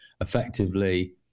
Effectively